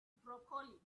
broccoli